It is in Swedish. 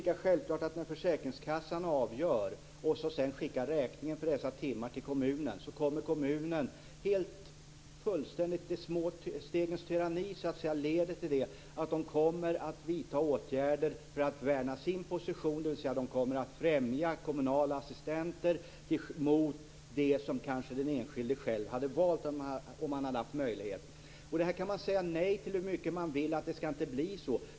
När Försäkringskassan skickar räkning för dessa timmar till kommunen kommer man där - och det är vad de små stegens tyranni leder till - att vidta åtgärder för att värna sin position, dvs. man kommer att främja kommunala assistenter i stället för den som den enskilde själv hade valt om han eller hon hade haft möjlighet. Man kan säga hur många gånger som helst att det inte skall bli så.